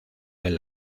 del